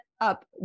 up